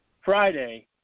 Friday